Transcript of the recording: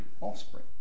offspring